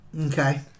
Okay